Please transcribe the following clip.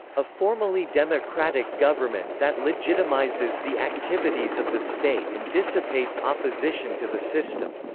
a formally democratic government that legitimises the activities of the state and dissipates opposition to the system.